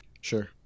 sure